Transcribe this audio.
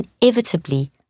inevitably